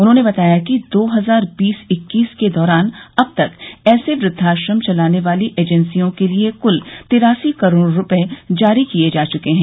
उन्होंने बताया कि दो हजार बीस इक्कीस के दौरान अब तक ऐसे वृद्वाश्रम चलाने वाली एजेंसियों के लिए कुल तिरासी करोड़ रूपये जारी किए जा चुके हैं